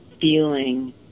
feeling